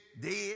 dead